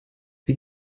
wie